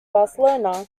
barcelona